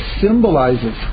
symbolizes